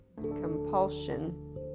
compulsion